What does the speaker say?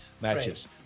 matches